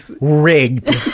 rigged